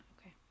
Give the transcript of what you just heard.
Okay